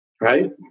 Right